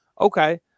Okay